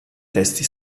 testi